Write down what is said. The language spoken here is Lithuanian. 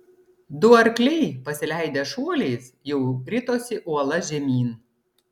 du arkliai pasileidę šuoliais jau ritosi uola žemyn